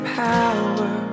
power